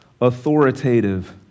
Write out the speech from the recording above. Authoritative